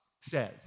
says